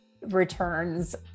returns